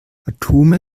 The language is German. atome